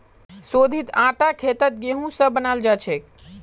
शोधित आटा खेतत गेहूं स बनाल जाछेक